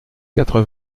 quatre